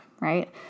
Right